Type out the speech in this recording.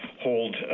hold